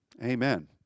Amen